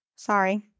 sorry